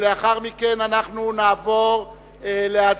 ולאחר מכן אנחנו נעבור להצבעות,